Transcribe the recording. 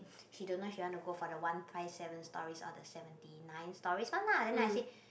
she don't know she wanna go for the one five seven stories or the seventy nine stories one lah then I say